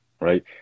right